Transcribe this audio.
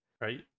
Right